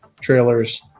trailers